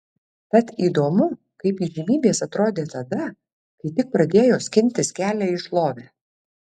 tad įdomu kaip įžymybės atrodė tada kai tik pradėjo skintis kelią į šlovę